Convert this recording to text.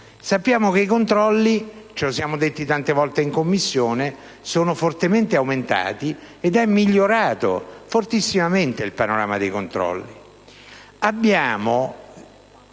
sappiamo, i controlli (ce lo siamo detti tante volte in Commissione) sono fortemente aumentati ed è migliorato fortissimamente il panorama dei controlli.